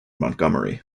montgomery